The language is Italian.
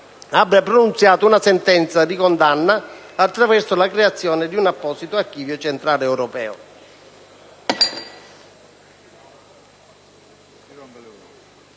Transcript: abbia pronunciato una sentenza di condanna, attraverso la creazione di un apposito archivio centrale europeo.